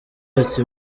ati